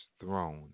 throne